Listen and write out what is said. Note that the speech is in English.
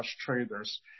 traders